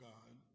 God